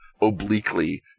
obliquely